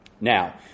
Now